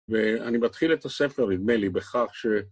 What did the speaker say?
ואני מתחיל את הספר, נדמה לי, בכך ש...